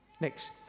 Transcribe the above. Next